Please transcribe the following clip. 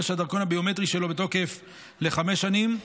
שהדרכון הביומטרי שלו בתוקף לחמש שנים,